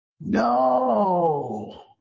No